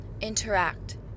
interact